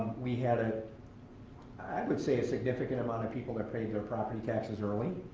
we had, ah i would say, a significant amount of people that paid their property taxes early.